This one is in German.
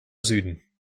süden